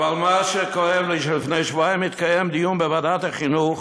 אבל מה שכואב לי הוא שלפני שבועיים התקיים דיון בוועדת החינוך.